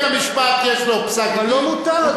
אם בית-המשפט יש לו פסק-דין, מוטב.